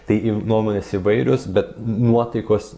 tai i nuomonės įvairios bet nuotaikos